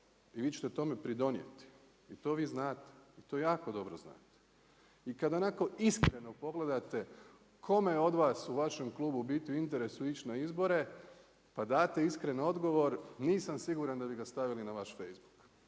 i vi ćete tome pridonijeti i to vi znate. I to jako dobro znate. I kada onako iskreno pogledate kome je od vas u vašem klubu biti u interesu ići na izbore, pa date iskren odgovor, nisam siguran da bi ga stavili na vaš Facebook.